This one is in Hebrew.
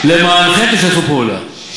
למענכם, שתפו פעולה.